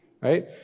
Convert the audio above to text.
right